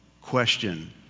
question